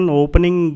opening